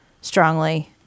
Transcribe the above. strongly